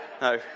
no